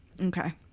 okay